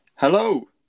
Hello